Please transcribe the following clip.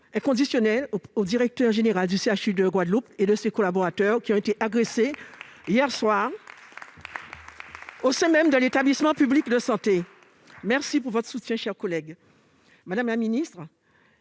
inconditionnel au directeur général du CHU de Guadeloupe et de ses collaborateurs qui ont été agressés hier soir au sein même de l'établissement public de santé. Je vous remercie de votre soutien, mes chers collègues.